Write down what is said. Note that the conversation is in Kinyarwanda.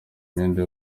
imyenda